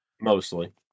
Mostly